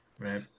right